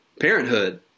Parenthood